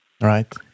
right